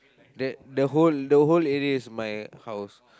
the the whole the whole area is my house